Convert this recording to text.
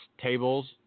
tables